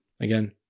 again